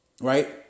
Right